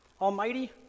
Almighty